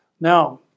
Now